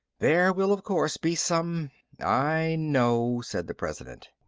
there will, of course, be some i know, said the president.